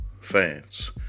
fans